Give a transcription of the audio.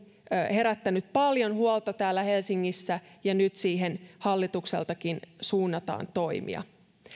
herättänyt paljon huolta täällä helsingissä ja nyt siihen hallituksestakin suunnataan toimia